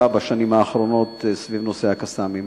בשנים האחרונות סביב נושא ה"קסאמים"